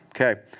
Okay